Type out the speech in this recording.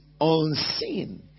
unseen